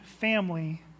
family